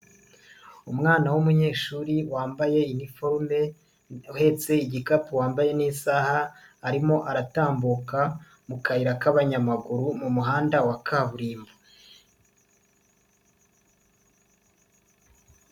Umwana w'umunyeshuri wambaye iniforume uhetse igikapu wambaye n'isaha, arimo aratambuka mu kayira k'abanyamaguru mu muhanda wa kaburimbo.